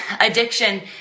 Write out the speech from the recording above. addiction